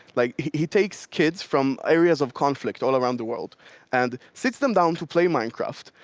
like he takes kids from areas of conflict all around the world and sits them down to play minecraft.